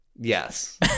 Yes